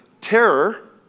terror